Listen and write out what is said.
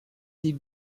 des